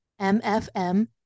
MFM